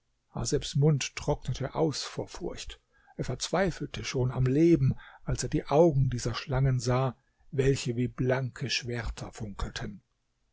mund trocknete aus vor furcht er verzweifelte schon am leben als er die augen dieser schlangen sah welche wie blanke schwerter funkelten